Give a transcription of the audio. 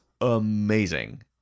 amazing